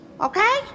Okay